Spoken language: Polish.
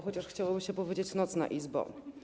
Chociaż chciałoby się powiedzieć: nocna izbo.